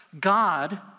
God